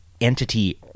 entity